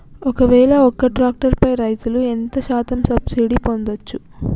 ఒక్కవేల ఒక్క ట్రాక్టర్ పై రైతులు ఎంత శాతం సబ్సిడీ పొందచ్చు?